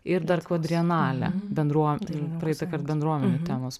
ir dar kvadrienalė bendruomenių praeitą kart bendruomenių temos